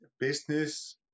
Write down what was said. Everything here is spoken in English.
business